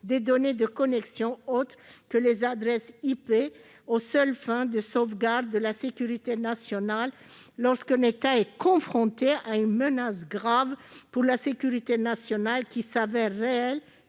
des données de connexion autres que les adresses IP « aux seules fins de sauvegarde de la sécurité nationale lorsqu'un État est confronté à une menace grave pour la sécurité nationale qui s'avère réelle